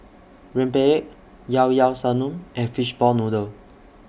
Rempeyek Llao Llao Sanum and Fishball Noodle